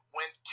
went